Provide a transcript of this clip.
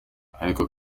ariko